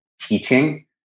teaching